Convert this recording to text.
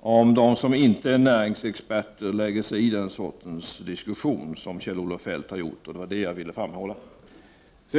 om de som inte är näringsexperter lägger sig i den sortens diskussion, som Kjell-Olof Feldt nu har gjort. Det var det jag ville framhålla.